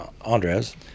Andres